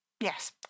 Yes